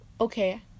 okay